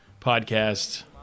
podcast